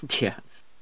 Yes